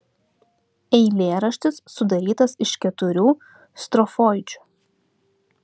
eilėraštis sudarytas iš keturių strofoidžių